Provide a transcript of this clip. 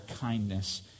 kindness